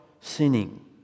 sinning